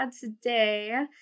today